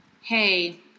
hey